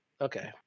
Okay